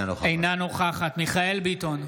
אינה נוכחת מיכאל מרדכי ביטון,